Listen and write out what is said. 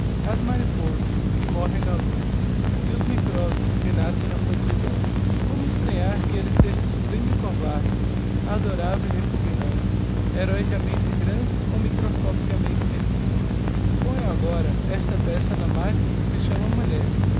as mariposas que morrem na luz e os micróbios que nascem na podridão como estranhar que elle seja sublime e covarde adorável e repugnante heroicamente grande ou microscopicamente mesquinho ponham agora esta peça na machina que se chama mulher